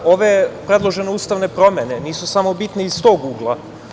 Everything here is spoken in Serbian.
Ove predložene ustavne promene nisu samo bitne iz tog ugla.